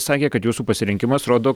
sakė kad jūsų pasirinkimas rodo